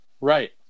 Right